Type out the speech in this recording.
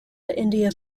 india